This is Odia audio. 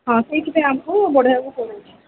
ହଁ ସେଇଥିପାଇଁ ଆମକୁ ବଢ଼ାଇବାକୁ ପଡ଼ୁଛି